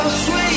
sweet